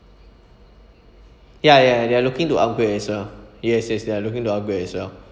ya ya they are looking to upgrade as well yes yes they are looking to upgrade as well